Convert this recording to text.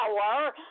power